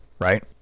right